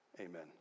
Amen